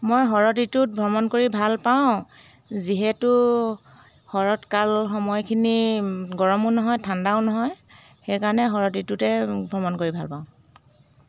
মই শৰৎ ঋতুত ভ্ৰমণ কৰি ভাল পাওঁ যিহেতু শৰৎ কাল সময়খিনি গৰমো নহয় ঠাণ্ডাও নহয় সেইকাৰণে শৰৎ ঋতুতে ভ্ৰমণ কৰি ভাল পাওঁ